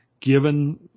given